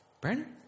Brandon